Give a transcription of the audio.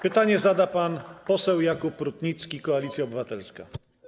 Pytanie zada pan poseł Jakub Rutnicki, Koalicja Obywatelska.